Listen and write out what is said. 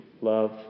love